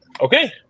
Okay